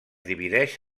divideix